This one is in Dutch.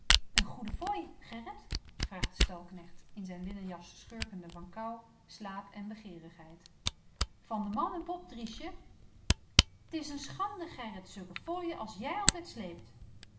een goeie fooi gerrit vraagt de stalknecht in zijn linnen jas schurkende van koude slaap en begeerigheid van de man een pop driesje t is en schande gerrit zulke fooien as jij altijd sleept